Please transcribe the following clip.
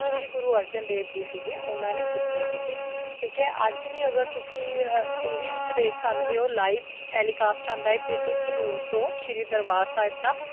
ਸ਼੍ਰੀ ਗੁਰੂ ਅਰਜਨ ਦੇਵ ਜੀ ਸੀਗੇ ਉਹਨਾਂ ਨੇ ਕੀਤੇ ਸੀਗੇ ਅਤੇ ਠੀਕ ਹੈ ਅੱਜ ਵੀ ਅਗਰ ਤੁਸੀਂ ਟੀ ਵੀ ਵਿੱਚ ਦੇਖ ਸਕਦੇ ਹੋ ਲਾਈਵ ਟੈਲੀਕਾਸਟ ਆਉਂਦਾ ਪੀ ਟੀ ਸੀ ਨਿਊਜ਼ ਤੋਂ ਸ਼੍ਰੀ ਦਰਬਾਰ ਸਾਹਿਬ ਦਾ